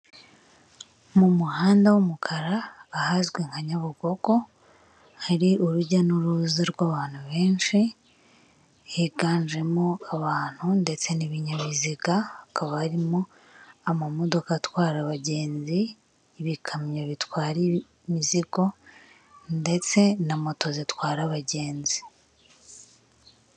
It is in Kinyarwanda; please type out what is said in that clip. Mu muhanda w'umukara ahazwi nka nyabugogo hari urujya n'uruza rw'abantu benshi higanjemo abantu ndetse n'ibinyabiziga hakabarimo amamodoka atwara abagenzi, ibikamyo bitwara imizigo ndetse na moto zitwara abagenzi.